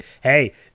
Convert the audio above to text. Hey